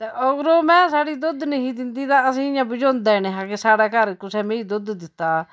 ते अगर ओह् मैंह् साढ़ी दुद्ध नेईं हा दिंदी ते असें इयां बझोंदा ई नेहा के साढ़े घर कुसै मेंही दुद्ध दित्ता